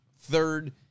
third